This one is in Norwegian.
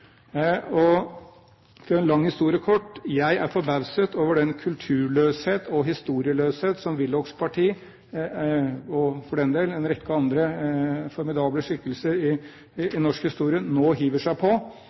å gjøre en lang historie kort: Jeg er forbauset over den kulturløshet og den historieløshet som Willochs parti – og for den del en rekke andre formidable skikkelser i norsk historie – nå hiver seg på